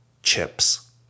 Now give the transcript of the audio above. chips